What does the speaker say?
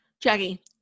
Jackie